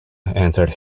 answered